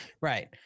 Right